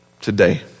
today